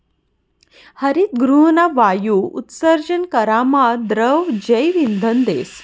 हरितगृहना वायु उत्सर्जन करामा द्रव जैवइंधन देस